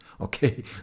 Okay